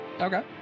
Okay